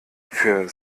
für